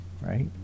Right